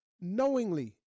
Knowingly